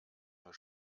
nur